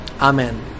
Amen